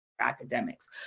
academics